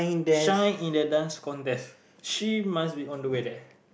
shine in a Dance Contest she must be on the way there